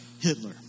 Hitler